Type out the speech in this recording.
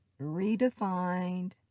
redefined